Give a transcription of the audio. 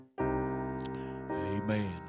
Amen